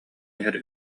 иһэр